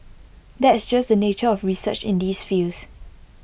that's just the nature of research in these fields